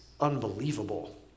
Unbelievable